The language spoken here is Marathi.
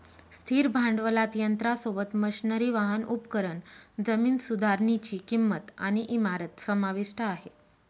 स्थिर भांडवलात यंत्रासोबत, मशनरी, वाहन, उपकरण, जमीन सुधारनीची किंमत आणि इमारत समाविष्ट आहे